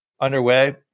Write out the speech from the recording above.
underway